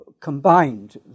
combined